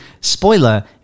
Spoiler